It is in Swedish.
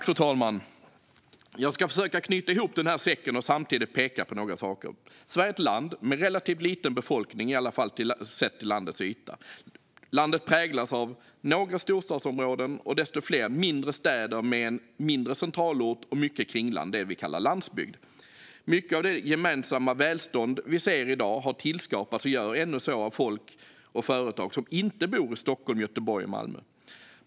Fru talman! Jag ska försöka knyta ihop den här säcken och samtidigt peka på några saker. Sverige är ett land med en relativt liten befolkning, i alla fall sett till landets yta. Landet präglas av några storstadsområden och desto fler mindre städer med en mindre centralort och mycket kringland - det vi kallar landsbygd. Mycket av det gemensamma välstånd vi ser i dag har tillskapats, och gör ännu så, av folk och företag som inte bor och finns i Stockholm, Göteborg och Malmö.